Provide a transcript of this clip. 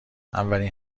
اولین